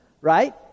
right